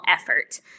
effort